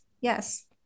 yes